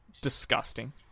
disgusting